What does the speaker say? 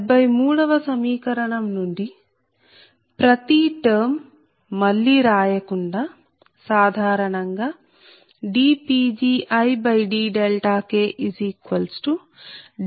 73 వ సమీకరణం నుండి ప్రతి టర్మ్ మళ్లీ రాయకుండా సాధారణంగా dPgidKdPidK